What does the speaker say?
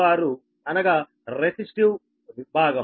46 అనగా రెసిస్టివ్ భాగం